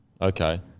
okay